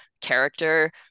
character